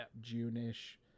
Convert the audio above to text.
june-ish